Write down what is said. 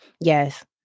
Yes